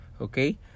Okay